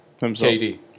KD